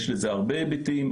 יש לזה הרבה היבטים,